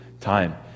time